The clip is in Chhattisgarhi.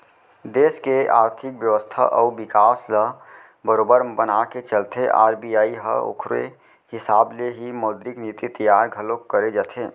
देस के आरथिक बेवस्था अउ बिकास ल बरोबर बनाके चलथे आर.बी.आई ह ओखरे हिसाब ले ही मौद्रिक नीति तियार घलोक करे जाथे